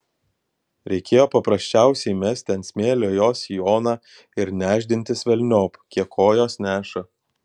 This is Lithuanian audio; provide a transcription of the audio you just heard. reikėjo paprasčiausiai mesti ant smėlio jos sijoną ir nešdintis velniop kiek kojos neša